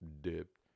dipped